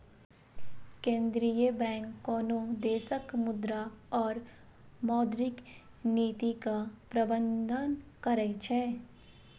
केंद्रीय बैंक कोनो देशक मुद्रा और मौद्रिक नीतिक प्रबंधन करै छै